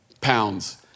pounds